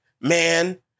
man